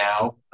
now